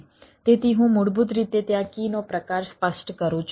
તેથી હું મૂળભૂત રીતે ત્યાં કીનો પ્રકાર સ્પષ્ટ કરું છું